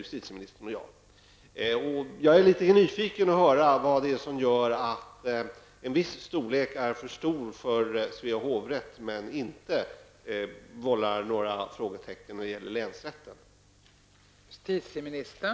Jag är litet nyfiken på att få höra vad som gör att en viss storlek är för stor för Svea hovrätt men inte vållar några svårigheter när det gäller länsrätten.